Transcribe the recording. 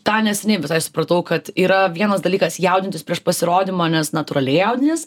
tą neseniai visai supratau kad yra vienas dalykas jaudintis prieš pasirodymą nes natūraliai jaudinies